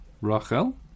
Rachel